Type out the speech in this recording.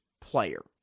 player